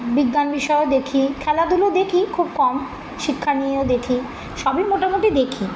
বিজ্ঞান বিষয়েও দেখি খেলাধুলো দেখি খুব কম শিক্ষা নিয়েও দেখি সবই মোটামুটি দেখি